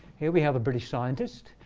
here we have a british scientist,